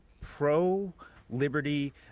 pro-liberty